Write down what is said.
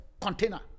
container